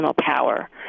power